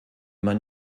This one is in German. man